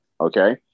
okay